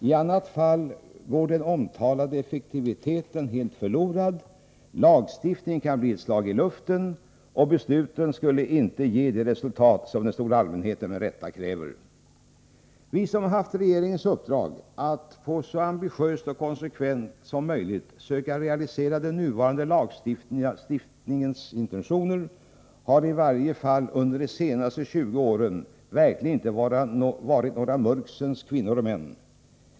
I annat fall går den omtalade effektiviteten helt förlorad, lagstiftningen kan bli ett slag i luften, och besluten skulle inte ge de resultat som den stora allmänheten med rätta kräver. Vi som haft regeringens uppdrag att så ambitiöst och konsekvent som möjligt söka realisera intentionerna bakom den nuvarande lagstiftningen har i varje fall under de senaste 20 åren verkligen inte varit några mörksens kvinnor och män.